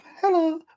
Hello